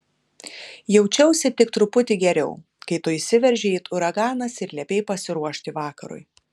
jaučiausi tik truputį geriau kai tu įsiveržei it uraganas ir liepei pasiruošti vakarui